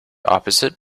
opposite